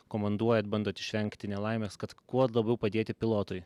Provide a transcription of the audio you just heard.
komanduojat bandot išvengti nelaimės kad kuo labiau padėti pilotui